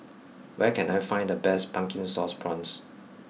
where can I find the best Pumpkin Sauce Prawns